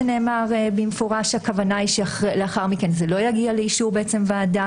נאמר במפורש שהכוונה היא שלאחר מכן זה לא יגיע לאישור ועדה